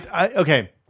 okay